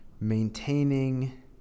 maintaining